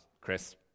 Chris